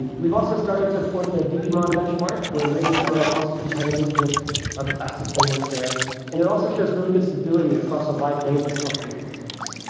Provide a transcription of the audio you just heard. we've also started to port the dbmon benchmark where lit-html is also competitive with the fastest frameworks there and it also shows really good stability across a wide range of update workloads.